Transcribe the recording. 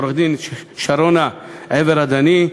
עו"ד שרונה עבר-הדני,